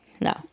no